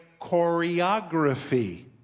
choreography